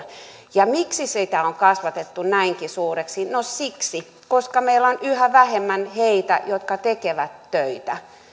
ja miksi sitä on kasvatettu näinkin suureksi no siksi koska meillä on yhä vähemmän heitä jotka tekevät töitä